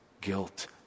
guilt